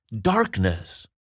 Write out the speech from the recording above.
darkness